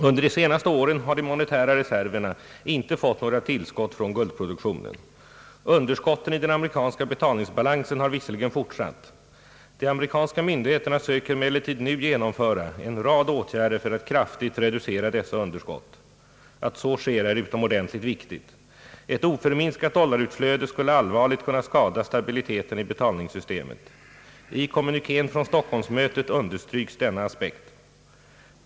Under de senaste åren har de monetära reserverna inte fått några tillskott från guldproduktionen. Underskotten i den amerikanska betalningsbalansen har visserligen fortsatt. De amerikanska myndigheterna söker emellertid nu genomföra en rad åtgärder för att kraftigt reducera dessa underskott. Att så sker är utomordentligt viktigt. Ett oförminskat doilarutflöde skulle allvarligt kunna skada stabiliteten i betalningssystemet. I kommunikén från Stockholmsmötet understryks denna aspekt.